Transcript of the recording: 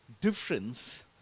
difference